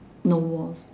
no war